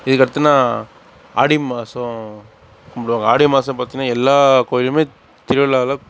இதுக்கடுத்துனால் ஆடி மாதம் கும்பிடுவாங்க ஆடி மாதம் பார்த்திங்கனா எல்லா கோயில்லேயுமே திருவிழாதான்